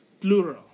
plural